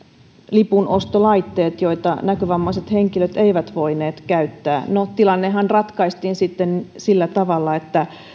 lipunostolaitteet joita näkövammaiset henkilöt eivät voineet käyttää no tilannehan ratkaistiin sitten sillä tavalla että